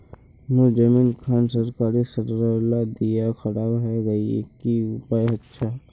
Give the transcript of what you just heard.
मोर जमीन खान सरकारी सरला दीया खराब है गहिये की उपाय अच्छा?